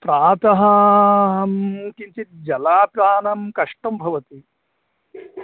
प्रातः अहं किञ्चित् जलापानं कष्टं भवति